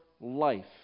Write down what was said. life